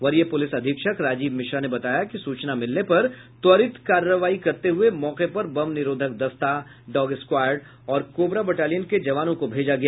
वरीय पूलिस अधीक्षक राजीव मिश्रा ने बताया कि सूचना मिलने पर त्वरित कार्रवाई करते हुए मौके पर बम निरोधक दस्ता डॉग स्क्वॉयड और कोबरा बटालियन के जवानों को भेजा गया